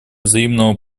взаимного